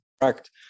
correct